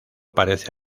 parece